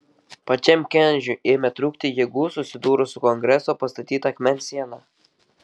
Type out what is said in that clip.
pačiam kenedžiui ėmė trūkti jėgų susidūrus su kongreso pastatyta akmens siena